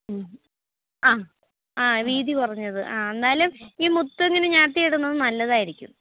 ഹമ് ആ ആ വീതി കുറഞ്ഞത് ആ എന്നാലും ഈ മുത്ത് ഇങ്ങനെ ഞാത്തി ഇടുന്നത് നല്ലതായിരിക്കും